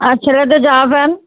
আর ছেলেদের জামা প্যান্ট